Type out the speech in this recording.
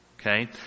Okay